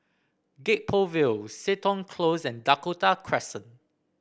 Gek Poh Ville Seton Close and Dakota Crescent